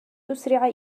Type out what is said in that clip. تسرع